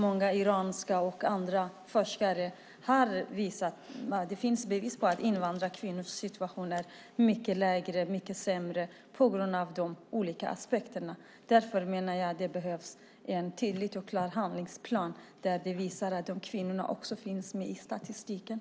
Många iranska forskare och andra forskare har gett bevis på att invandrarkvinnors situation är mycket sämre på grund av dessa olika aspekter. Därför menar jag att det behövs en tydlig och klar handlingsplan där vi visar att också dessa kvinnor finns med i statistiken.